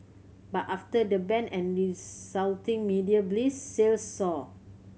but after the ban and resulting media blitz sales soared